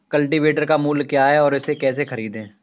Cultivator का मूल्य क्या है और इसे कैसे खरीदें?